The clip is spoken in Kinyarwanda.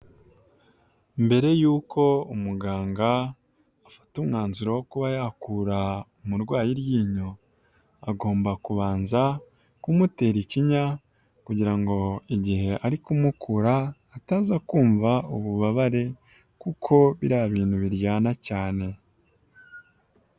Mbere yuko umuganga afata umwanzuro wo kuba yakura umurwayi iryinyo, agomba kubanza kumutera ikinya kugira ngo igihe ari kumukura ataza kumva ububabare kuko biriya bintu biryana cyane.